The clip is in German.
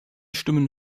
stimmen